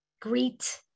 greet